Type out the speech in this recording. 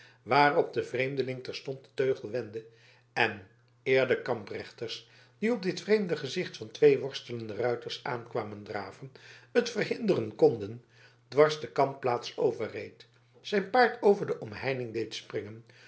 waarop de vreemdeling terstond den teugel wendde en eer de kamprechters die op dit vreemde gezicht van twee worstelende ruiters aan kwamen draven het verhinderen konden dwars de kampplaats overreed zijn paard over de omheining deed springen